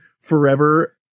forever